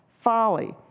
folly